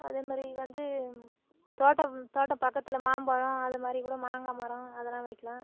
அதே மாதிரி வந்து தோட்ட தோட்ட பக்கத்தில் மாம்பழம் அதை மாதிரி கூட மாங்காய் மரம் அதெலாம் வைக்கலாம்